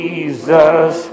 Jesus